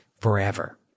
Forever